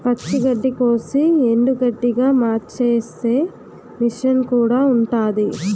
పచ్చి గడ్డికోసి ఎండుగడ్డిగా మార్చేసే మిసన్ కూడా ఉంటాది